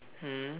mm